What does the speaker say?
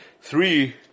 three